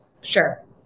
Sure